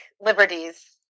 liberties